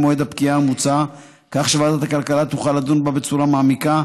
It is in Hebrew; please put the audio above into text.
מועד הפקיעה המוצע כדי שוועדת הכלכלה תוכל לדון בה בצורה מעמיקה